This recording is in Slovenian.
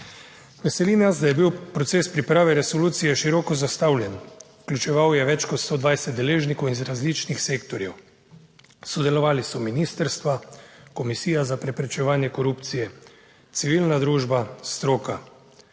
Veseli nas, da je bil proces priprave resolucije široko zastavljen, vključeval je več kot 120 deležnikov iz različnih sektorjev, sodelovali so ministrstva, Komisija za preprečevanje korupcije, civilna družba, stroka.